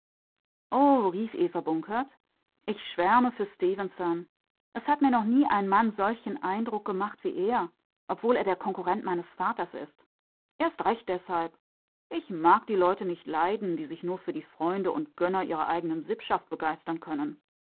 oh rief eva bunkert ich schwärme für stefenson es hat mir noch nie ein mann solchen eindruck gemacht wie er obwohl er der konkurrent meines vaters ist erst recht deshalb ich mag die leute nicht leiden die sich nur für die freunde und gönner ihrer eigenen sippschaft begeistern können